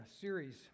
series